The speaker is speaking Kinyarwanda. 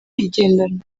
igendanwa